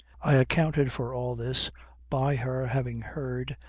i accounted for all this by her having heard,